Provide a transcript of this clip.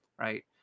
right